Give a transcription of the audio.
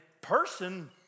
person